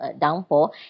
downpour